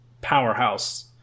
powerhouse